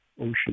Ocean